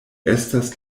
estas